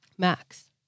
Max